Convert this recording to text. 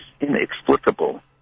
inexplicable